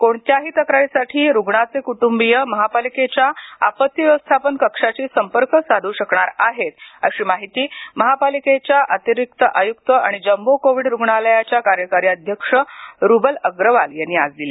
कोणत्याही तक्रारीसाठी रुग्णाचे कुटुंबीय महापालिकेच्या आपत्ती व्यवस्थापन कक्षाशी संपर्क साधू शकणार आहेत अशी माहिती महापालिकेच्या अतिरिक्त आय्क्त आणि जम्बो कोव्हिड रुग्णालयाच्या कार्यकारी अध्यक्ष रुबल अग्रवाल यांनी आज दिली